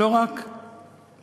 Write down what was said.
לא רק פלסטינית,